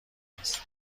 است